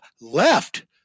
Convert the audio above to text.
left